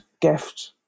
gift